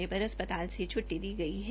इस से पर अस्पताल से छुट्टी दी गई है